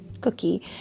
cookie